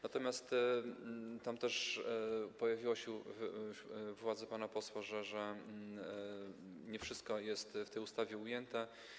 Natomiast też pojawiło się w uwadze pana posła to, że nie wszystko jest w tej ustawie ujęte.